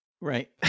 Right